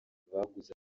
baguze